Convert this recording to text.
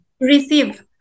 receive